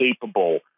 capable